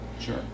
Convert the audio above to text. Sure